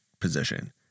position